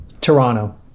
Toronto